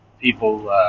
people